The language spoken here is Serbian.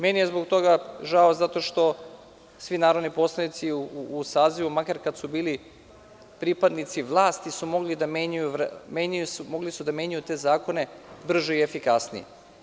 Meni je zbog toga žao, zato što svi narodni poslanici u sazivu, makar kad su bili pripadnici vlasti, su mogli da menjaju te zakone brže i efikasnije.